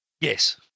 Yes